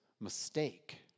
mistake